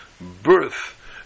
birth